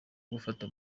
gufata